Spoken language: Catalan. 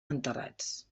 enterrats